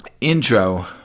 intro